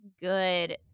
good